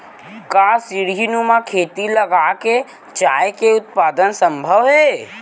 का सीढ़ीनुमा खेती लगा के चाय के उत्पादन सम्भव हे?